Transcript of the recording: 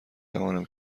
توانم